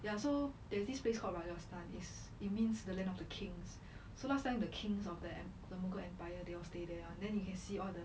ya so there's this place called rajasthan is it means the land of the kings so last time the kings of the em~ the mughal empire they will stay there [one] then you can see all the